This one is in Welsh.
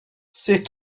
sut